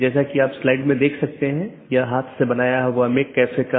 16 bit से 216 संख्या संभव है जो कि एक बहुत बड़ी संख्या है